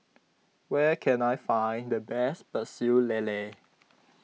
where can I find the best Pecel Lele